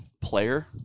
player